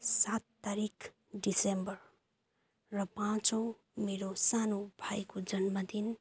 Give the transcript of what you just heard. सात तारिक दिसम्बर र पाँचौँ मेरो सानो भाइको जन्मदिन